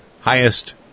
highest